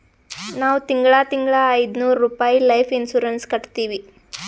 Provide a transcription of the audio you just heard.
ನಾವ್ ತಿಂಗಳಾ ತಿಂಗಳಾ ಐಯ್ದನೂರ್ ರುಪಾಯಿ ಲೈಫ್ ಇನ್ಸೂರೆನ್ಸ್ ಕಟ್ಟತ್ತಿವಿ